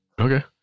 Okay